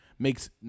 makes